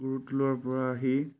গুৰু টোলৰপৰা আহি